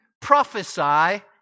prophesy